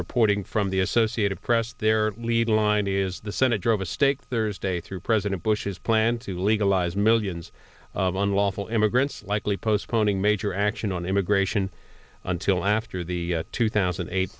reporting from the associated press their lead line is the senate drove a stake thursday through president bush's plan to legalize millions of unlawful immigrants likely postponing major action on immigration until after the two thousand and eight